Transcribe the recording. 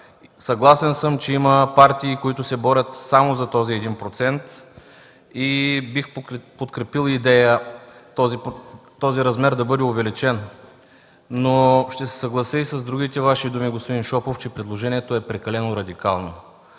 Съгласен съм, че има партии, които се борят само за този 1% и бих подкрепил идеята този размер да бъде увеличен, но ще се съглася и с другите Ваши думи, господин Шопов, че предложението е прекалено радикално.